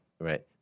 right